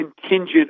contingent